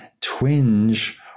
twinge